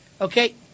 okay